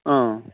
ꯑꯥ